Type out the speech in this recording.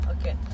okay